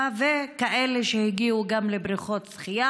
והיו כאלה שהגיעו גם לבריכות שחייה.